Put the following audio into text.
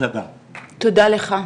תודה לך,